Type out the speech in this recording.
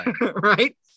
right